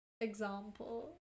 example